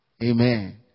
Amen